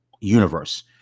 universe